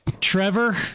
Trevor